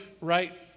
right